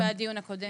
בדיון הקודם.